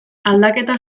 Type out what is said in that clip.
aldaketa